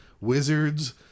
Wizards